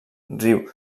riu